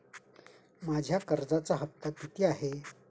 माझा कर्जाचा हफ्ता किती आहे?